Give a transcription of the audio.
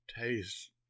taste